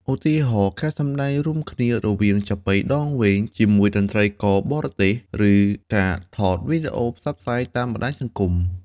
ឧទាហរណ៍ ការសម្តែងរួមគ្នារវាងចាបុីដងវែង ជាមួយតន្ត្រីករបរទេស ឬការថតវីដេអូផ្សព្វផ្សាយតាមបណ្តាញសង្គម។